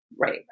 right